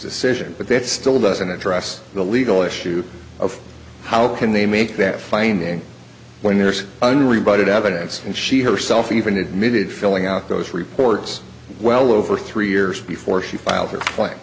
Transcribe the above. decision but that still doesn't address the legal issue of how can they make that finding when there's an re but it advocates and she herself even admitted filling out those reports well over three years before she filed for w